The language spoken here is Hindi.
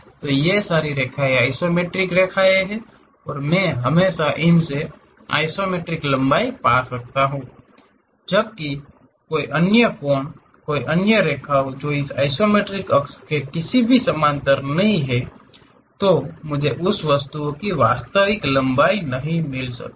तो ये आइसोमेट्रिक रेखाएँ हैं और मैं हमेशा इनसे आइसोमेट्रिक लंबाई पा सकता हूँ जबकि कोई अन्य कोण कोई अन्य रेखा जो इस आइसोमेट्रिक अक्ष के किसी भी समानांतर नहीं है मुझे उस वस्तु की वास्तविक लंबाई नहीं मिल सकती है